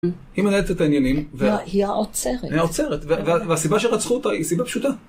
היא מנהלת את העניינים, והיא האוצרת, והסיבה שרצחו אותה היא סיבה פשוטה.